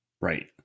Right